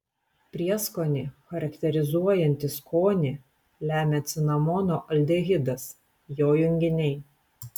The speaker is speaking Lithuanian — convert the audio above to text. prieskonį charakterizuojantį skonį lemia cinamono aldehidas jo junginiai